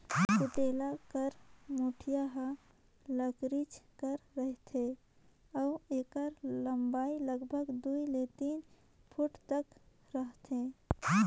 कुटेला कर मुठिया हर लकरिच कर रहथे अउ एकर लम्मई लमसम दुई ले तीन फुट तक रहथे